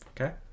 Okay